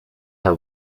her